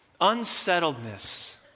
unsettledness